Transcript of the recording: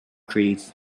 trees